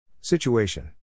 Situation